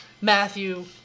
Matthew